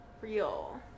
real